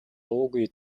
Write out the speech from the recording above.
дуугүй